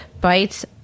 Bites